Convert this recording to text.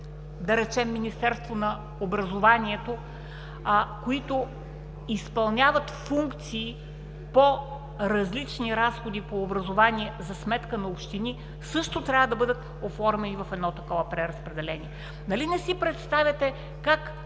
да речем Министерството на образованието, които изпълняват функции по различни разходи по образование за сметка на общини, също трябва да бъдат оформени в едно такова преразпределение. Нали не си представяте как